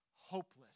hopeless